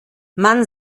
man